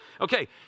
Okay